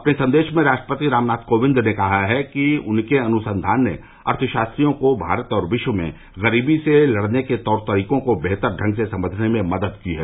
अपने संदेश में राष्ट्रपति रामनाथ कोविंद ने कहा है कि उनके अनुसंधान ने अर्थशास्त्रियों को भारत और विश्व में गरीबी से लड़ने के तौर तरीकों को बेहतर ढंग से समझने में मदद की है